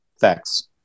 thanks